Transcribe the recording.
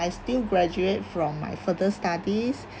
I still graduate from my further studies